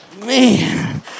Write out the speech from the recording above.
Man